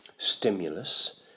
stimulus